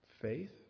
faith